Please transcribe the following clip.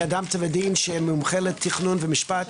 מאדם טבע ודין, שהוא מומחה לתכנון ומשפט.